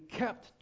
kept